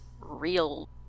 real